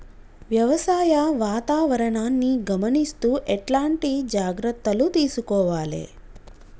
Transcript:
వ్యవసాయ వాతావరణాన్ని గమనిస్తూ ఎట్లాంటి జాగ్రత్తలు తీసుకోవాలే?